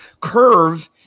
curve